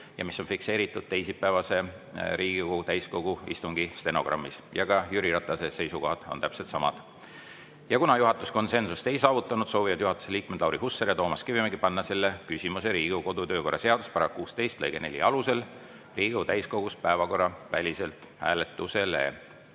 ja mis on fikseeritud teisipäevase Riigikogu täiskogu istungi stenogrammis. Ka Jüri Ratase seisukohad on täpselt samad. Kuna juhatus konsensust ei saavutanud, soovivad juhatuse liikmed Lauri Hussar ja Toomas Kivimägi panna selle küsimuse Riigikogu kodu- ja töökorra seaduse § 16 lõike 4 alusel Riigikogu täiskogus päevakorraväliselt hääletusele.